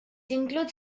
includes